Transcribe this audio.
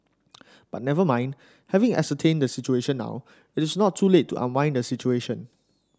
but never mind having ascertained the situation now it's not too late to unwind the situation